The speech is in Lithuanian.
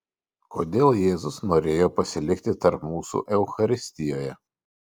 kodėl jėzus norėjo pasilikti tarp mūsų eucharistijoje